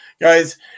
guys